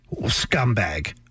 scumbag